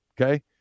Okay